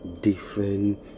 different